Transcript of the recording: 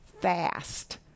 fast